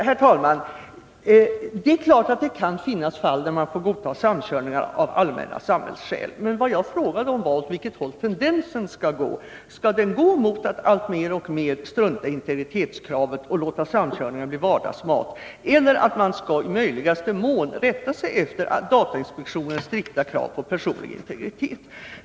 Herr talman! Det är klart att det kan finnas fall där man får godta samkörningar av allmänna samhällsskäl. Men vad jag frågade om var, åt vilket håll tendensen skall gå. Skall den gå mot att man alltmer struntar i integritetskravet och låter samkörningar bli vardagsmat, eller mot att man i möjligaste mån rättar sig efter datainspektionens strikta krav på personlig integritet?